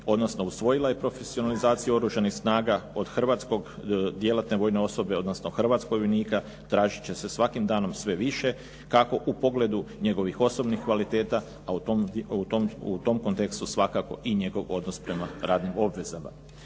odnosno usvojila je profesionalizaciju Oružanih snaga od hrvatske djelatne vojne osobe, odnosno hrvatskog vojnika tražiti će se svakim danom sve više, kako u pogledu njegovih osobnih kvaliteta, a u tom kontekstu svakako i njegov odnos prema radnim obvezama.